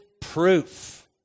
proof